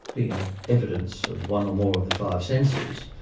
the ah evidence of one or more of the five senses,